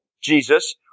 Jesus